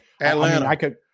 Atlanta